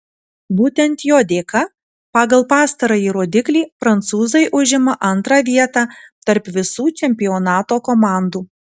būtent jo dėka pagal pastarąjį rodiklį prancūzai užima antrą vietą tarp visų čempionato komandų